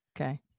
Okay